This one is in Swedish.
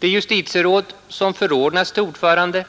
Det justitieråd som förordnas till ordförande